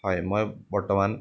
হয় মই বৰ্তমান